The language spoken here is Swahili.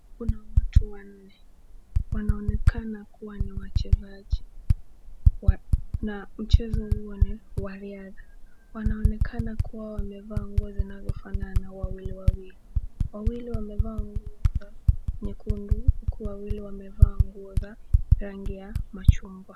Kuna watu wanne wanaonekana kuwa ni wachezaji. Mchezo huo ni wa riadha. Wanaonekana kuwa wamevaa nguo zinazofanana wawili wawili. Wawili wamevaa nguo nyekundu huku wawili wamevaa nguo za rangi ya machungwa.